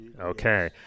okay